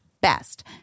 best